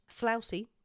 flousy